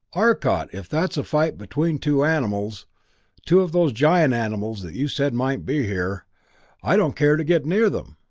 arcot, if that's a fight between two animals two of those giant animals that you said might be here i don't care to get near them!